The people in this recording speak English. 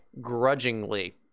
grudgingly